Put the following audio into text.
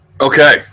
Okay